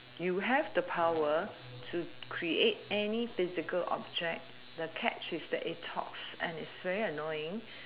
you have the power to create any physical object the catch is that it talks and it's very annoying